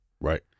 Right